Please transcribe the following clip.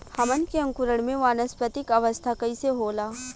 हमन के अंकुरण में वानस्पतिक अवस्था कइसे होला?